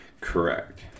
Correct